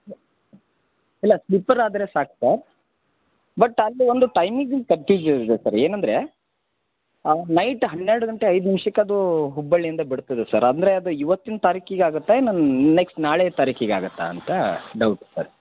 ಇಲ್ಲ ಸ್ಲೀಪರ್ ಆದರೆ ಸಾಕು ಸರ್ ಬಟ್ ಅಲ್ಲಿ ಒಂದು ಟೈಮಿಂಗಿದು ಕನ್ಪ್ಯೂಜುಅನ್ ಇದೆ ಸರ್ ಏನಂದರೆ ನೈಟ್ ಹನ್ನೆರಡು ಗಂಟೆ ಐದು ನಿಮ್ಷಕ್ಕೆ ಅದೂ ಹುಬ್ಬಳ್ಳಿಂದ ಬಿಡ್ತದೆ ಸರ್ ಅಂದರೆ ಅದು ಇವತ್ತಿನ ತಾರೀಕಿಗೆ ಆಗುತ್ತಾ ಇನ್ನೊಂದ್ ನೆಕ್ಸ್ಟ್ ನಾಳೆ ತಾರೀಕಿಗೆ ಆಗುತ್ತ ಅಂತ ಡೌಟು ಸರ್